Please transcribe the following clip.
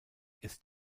ist